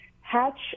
Hatch